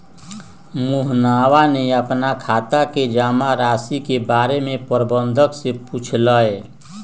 मोहनवा ने अपन खाता के जमा राशि के बारें में प्रबंधक से पूछलय